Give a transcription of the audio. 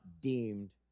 deemed